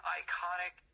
iconic